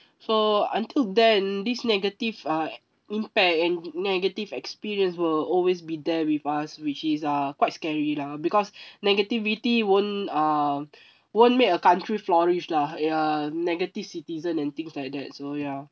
so until then this negative uh impact and negative experience will always be there with us which is uh quite scary lah because negativity won't uh won't make a country flourish lah ya negative citizen and things like that so ya